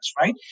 right